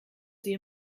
sie